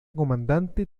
comandante